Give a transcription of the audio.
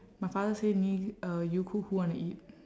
my father say ni~ uh you cook who want to eat